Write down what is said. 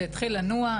זה התחיל לנוע.